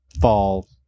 fall